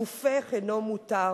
גופך אינו מותר.